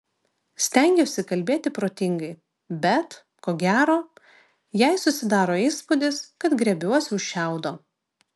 stengiuosi kalbėti protingai bet ko gero jai susidaro įspūdis kad griebiuosi už šiaudo